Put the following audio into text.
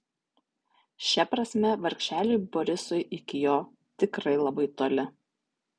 šia prasme vargšeliui borisui iki jo tikrai labai toli